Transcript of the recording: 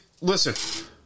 Listen